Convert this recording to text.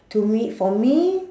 to me for me